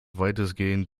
weitestgehend